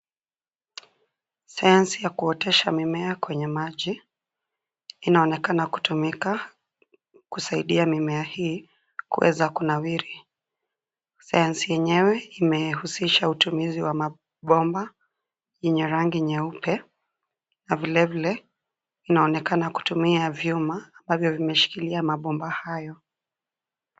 Sayansi ya kuotesha mimea kwenye maji, inaonekana kutumika, kusaidia mimea hii, kuweza kunawiri, sayansi yenyewe, imehusisha utumizi wa, mabomba, yenye rangi nyeupe, na vile vile, inaonekana kutumia vyuma, ambavyo vimeshikilia mabomba hayo.